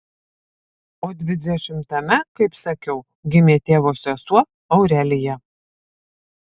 o dvidešimtame kaip sakiau gimė tėvo sesuo aurelija